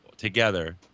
Together